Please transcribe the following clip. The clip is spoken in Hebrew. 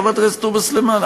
חברת הכנסת תומא סלימאן,